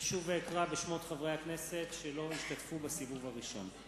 אשוב ואקרא בשמות חברי הכנסת שלא השתתפו בסיבוב הראשון.